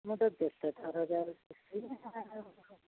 ମୁଁ ତ ଯେତେଥର ଯାଉଛି